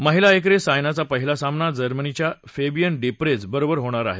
महिला एकेरीत सायनाचा पहिला सामना जर्मनीच्या फेबियन डिप्रेझ बरोबर होणार आहे